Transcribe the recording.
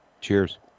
Cheers